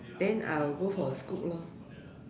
then I will go for scoot lor